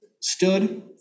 stood